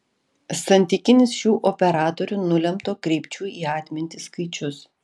santykinis šių operatorių nulemto kreipčių į atmintį skaičius